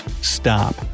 stop